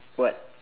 what